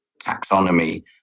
taxonomy